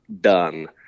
done